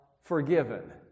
forgiven